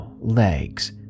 legs